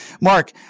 Mark